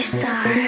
star